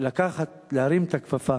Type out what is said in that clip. להרים את הכפפה